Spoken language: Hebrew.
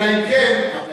אלא אם כן הבעלים,